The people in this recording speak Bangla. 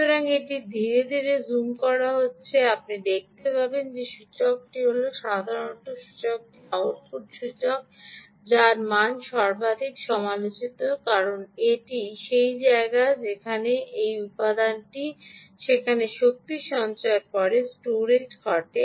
সুতরাং এটি ধীরে ধীরে জুম করা হচ্ছে আপনি দেখতে পাবেন যে এই সূচকটি হল সাধারনত সূচকটি আউটপুট সূচক যার মান সর্বাধিক সমালোচিত কারণ এটি সেই জায়গা যেখানে সেই উপাদানটি যেখানে শক্তির সঞ্চয়ের পরে স্টোরেজ ঘটে